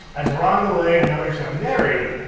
as rondelet and others have narrated,